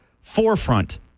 forefront